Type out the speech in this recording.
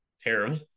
terrible